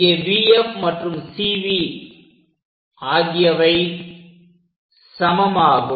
இங்கே VF மற்றும் CV ஆகியவை சமமாகும்